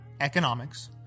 economics